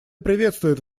приветствует